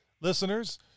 listeners